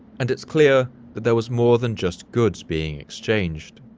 and it's clear that there was more than just goods being exchanged.